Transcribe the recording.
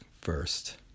first